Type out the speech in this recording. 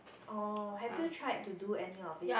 or have you tried to do any of it